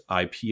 IP